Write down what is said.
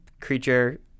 creature